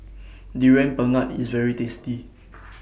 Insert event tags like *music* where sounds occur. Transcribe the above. Durian Pengat IS very tasty *noise*